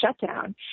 shutdown